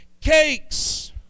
cakes